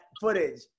footage